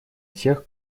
тех